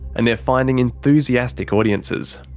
and they're finding enthusiastic audiences.